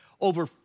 Over